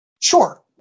Sure